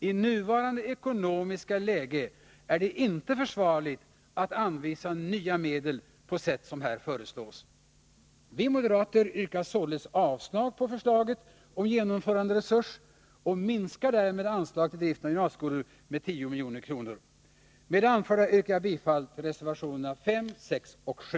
I nuvarande ekonomiska läge är det inte försvarligt att anvisa nya medel på sätt som här föreslås. Vi moderater yrkar således avslag på förslaget om genomföranderesurs och minskar därmed anslaget till driften av gymnasieskolor med 10 milj.kr. Med det anförda yrkar jag bifall till reservationerna 5, 6 och 7.